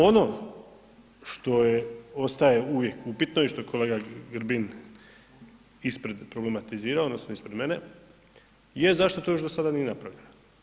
Ono što ostaje uvijek upitno i što kolega Grbin ispred problematizirao odnosno ispred mene, je zašto to još do sada nije napravljeno.